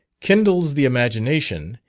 kindles the imagination,